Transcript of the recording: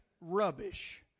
rubbish